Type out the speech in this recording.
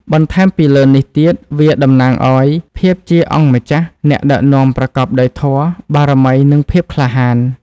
បន្ថែមពីលើនេះទៀតវាតំណាងឲ្យ ភាពជាព្រះអង្គម្ចាស់ អ្នកដឹកនាំប្រកបដោយធម៌ បារមី និងភាពក្លាហាន។